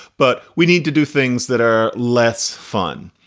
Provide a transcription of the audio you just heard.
but we need to do things that are less fun.